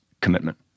commitment